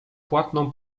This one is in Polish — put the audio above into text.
płatną